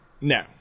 No